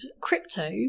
Crypto